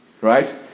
right